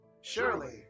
Surely